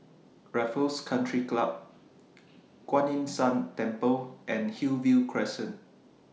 Raffles Country Club Kuan Yin San Temple and Hillview Crescent